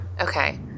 Okay